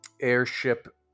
airship